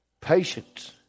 patience